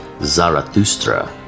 Zarathustra